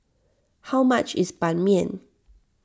how much is Ban Mian